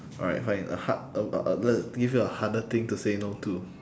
alright fine a hard uh uh I'll just give you a harder thing to say no to